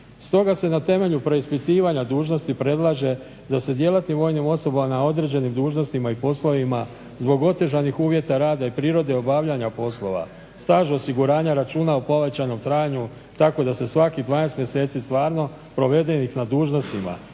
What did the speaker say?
Stoga se na temelju preispitivanja dužnosti predlaže da se djelatnim vojnim osobama na određenim dužnostima i poslovima zbog otežanih uvjeta rada i prirode obavljanja poslova staž osiguranja računa u povećanom trajanju tako da se svakih 12 mjeseci stvarno provedenih na dužnostima